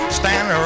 stand